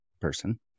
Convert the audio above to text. person